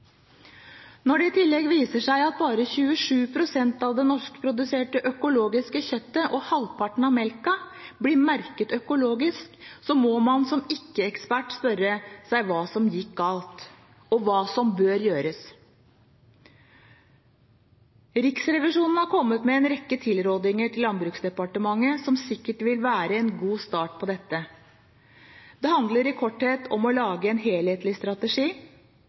Når det i tillegg viser seg at bare 27 pst. av det norskproduserte økologiske kjøttet og halvparten av melken blir merket som økologisk, må man som ikke-ekspert spørre seg hva som gikk galt, og hva som bør gjøres. Riksrevisjonen har kommet med en rekke tilrådninger til Landbruksdepartementet som sikkert vil være en god start på dette. Det handler i korthet om å lage en helhetlig strategi,